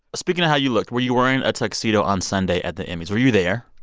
speaking of how you looked were you wearing a tuxedo on sunday at the emmys? were you there?